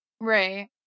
Right